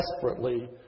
desperately